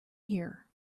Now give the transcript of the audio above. here